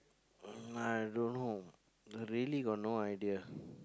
I don't know I really got no idea